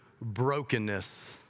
brokenness